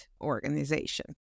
organization